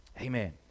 Amen